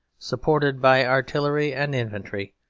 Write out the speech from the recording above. supported by artillery and infantry,